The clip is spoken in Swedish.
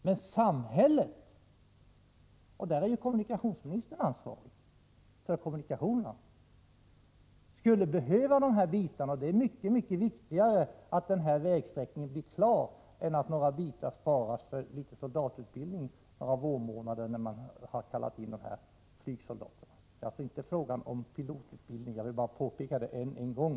Men samhället — och där är kommunikationsministern ansvarig när det gäller kommunikationerna — skulle behöva dessa markbitar, och det är långt viktigare att vägsträckningen blir klar än att marken sparas för soldatutbildning under några vårmånader — det är alltså inte fråga om pilotutbildning, vilket jag vill påpeka ytterligare en gång.